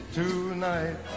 tonight